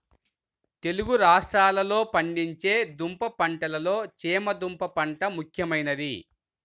తెలుగు రాష్ట్రాలలో పండించే దుంప పంటలలో చేమ దుంప పంట ముఖ్యమైనది